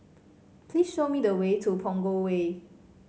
please show me the way to Punggol Way